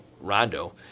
Rondo